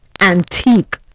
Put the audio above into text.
antique